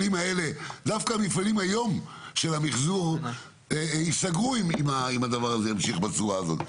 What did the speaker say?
דווקא המפעלים היום של המחזור ייסגרו אם הדבר הזה ימשיך בצורה הזאת,